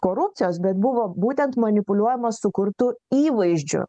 korupcijos bet buvo būtent manipuliuojama sukurtu įvaizdžiu